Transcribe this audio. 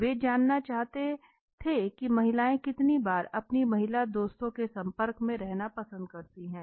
वे जानना चाहते थे कि महिलाएं कितनी बार अपनी महिला दोस्तों के संपर्क में रहना पसंद करती हैं